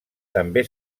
també